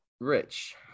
Rich